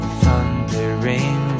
thundering